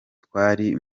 twari